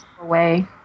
away